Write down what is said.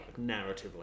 Narratively